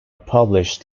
published